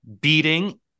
beating